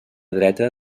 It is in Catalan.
dreta